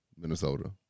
Minnesota